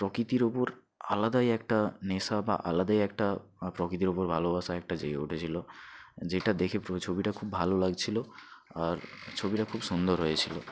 প্রকৃতির ওপর আলাদাই একটা নেশা বা আলাদাই একটা প্রকৃতির ওপর ভালোবাসা একটা জেগে উঠেছিলো যেটা দেখে পুরো ছবিটা খুব ভালো লাগছিলো আর ছবিটা খুব সুন্দর হয়েছিলো